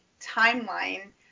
timeline